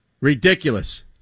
Ridiculous